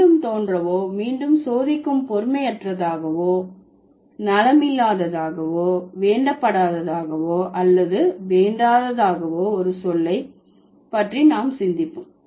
மீண்டும் தோன்றவோ மீண்டும் சோதிக்கும் பொறுமையற்றதாகவோ நலமில்லாததாகவோ வேண்டப்படாததாகவோ அல்லது வேண்டாததாகவோ ஒரு சொல்லை பற்றி நாம் சிந்திப்போம்